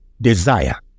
Desire